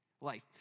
life